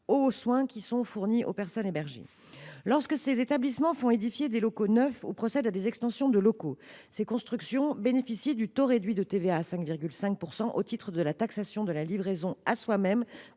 aux soins fournis aux personnes hébergées. Lorsque ces établissements font édifier des locaux neufs ou procèdent à des extensions de locaux, ces constructions bénéficient du taux réduit de TVA de 5,5 % au titre de la taxation de la livraison à soi même